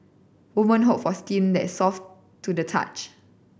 woman hope for skin that is soft to the touch